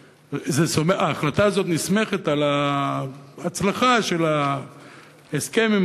ההחלטה הזאת נסמכת על ההצלחה של ההסכם עם